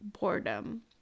boredom